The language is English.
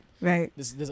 right